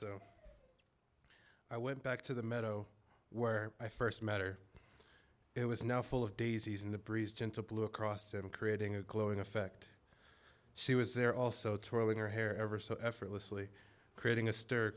so i went back to the meadow where i st met or it was now full of daisies in the breeze gentle blue cross and creating a glowing effect she was there also toiling her hair ever so effortlessly creating a stir